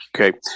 Okay